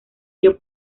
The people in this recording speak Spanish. dio